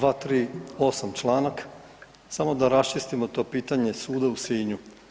238. članak, samo da raščistimo to pitanje suda u Sinju.